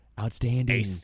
outstanding